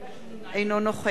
יעקב אדרי,